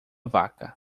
vaca